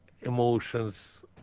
emotions